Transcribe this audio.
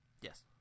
Yes